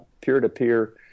peer-to-peer